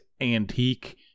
antique